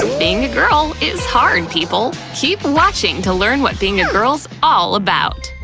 ah being a girl is hard, people! keep watching to learn what being a girl's all about.